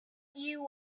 you